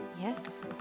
Yes